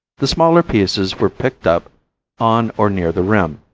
the smaller pieces were picked up on or near the rim,